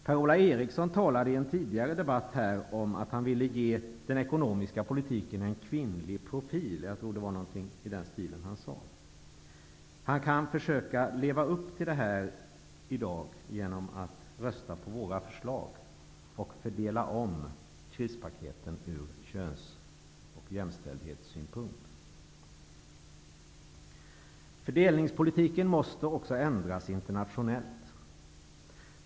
Per-Ola Eriksson talade i en tidigare debatt om sin önskan att den ekonomiska politiken gavs - jag tror det var - en mer kvinnlig profil. Han kan försöka leva upp till det genom att i dag rösta på våra förslag, som innebär en omfördelning av krispaketen från köns och jämställdhetssynpunkt. Fördelningspolitiken måste också ändras internationellt.